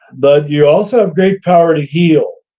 but you also have great power to heal.